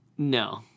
No